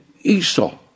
Esau